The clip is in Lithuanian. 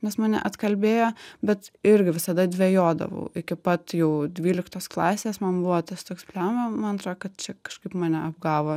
nes mane atkalbėjo bet irgi visada dvejodavau iki pat jau dvyliktos klasės man buvo tas toks bliamba man atrodo kad čia kažkaip mane apgavo